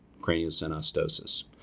craniosynostosis